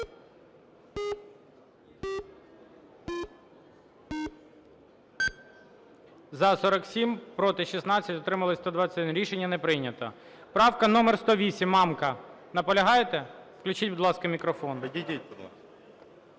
За-47 Проти – 16, утримались – 121. Рішення не прийнято. Правка номер 108, Мамка. Наполягаєте? Включіть, будь ласка, мікрофон.